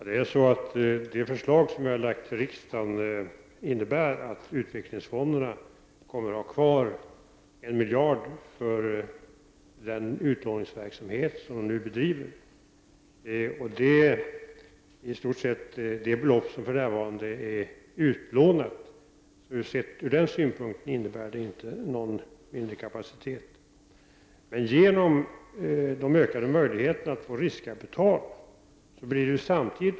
Herr talman! Det är värdefullt och det tackar jag för.